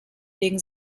wegen